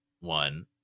one